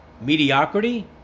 mediocrity